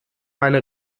meine